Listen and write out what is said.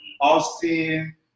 Austin